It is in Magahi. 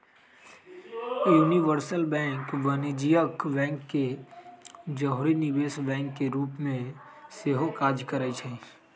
यूनिवर्सल बैंक वाणिज्यिक बैंक के जौरही निवेश बैंक के रूप में सेहो काज करइ छै